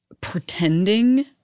pretending